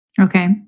Okay